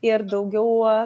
ir daugiau